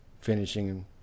finishing